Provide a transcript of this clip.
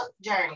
journey